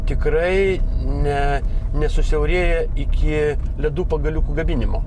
tikrai ne nesusiaurėja iki ledų pagaliukų gaminimo